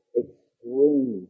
extreme